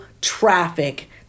traffic